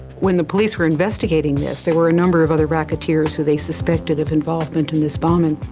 when the police were investigating this there were a number of other racketeers who they suspected of involvement in this bombing.